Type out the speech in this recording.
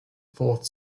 fourth